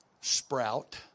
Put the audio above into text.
sprout